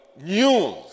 news